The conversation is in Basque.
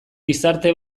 gizarte